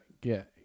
get